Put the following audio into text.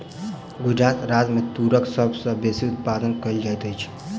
गुजरात राज्य मे तूरक सभ सॅ बेसी उत्पादन कयल जाइत अछि